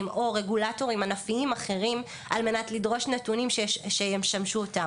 או רגולטורים ענפיים אחרים על מנת לדרוש נתונים שישמשו אותם.